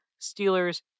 Steelers